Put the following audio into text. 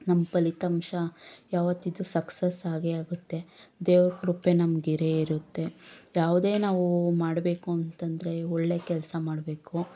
ನಮ್ಮ ಫಲಿತಾಂಶ ಯಾವತ್ತಿದ್ರೂ ಸಕ್ಸಸ್ ಆಗೇ ಆಗುತ್ತೆ ದೇವ್ರ ಕೃಪೆ ನಮ್ಗೆ ಇರೇ ಇರುತ್ತೆ ಯಾವುದೇ ನಾವು ಮಾಡಬೇಕು ಅಂತಂದ್ರೆ ಒಳ್ಳೆ ಕೆಲಸ ಮಾಡಬೇಕು